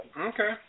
Okay